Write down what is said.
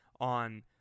on